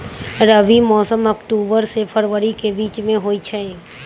रबी मौसम अक्टूबर से फ़रवरी के बीच में होई छई